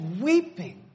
weeping